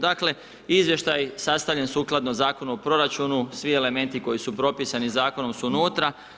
Dakle, izvještaj sastavljen sukladno Zakonu o proračunu, svi elementi koji su propisani, zakonom su unutra.